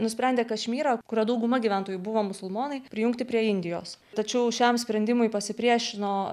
nusprendė kašmyrą kurio dauguma gyventojų buvo musulmonai prijungti prie indijos tačiau šiam sprendimui pasipriešino